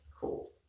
cool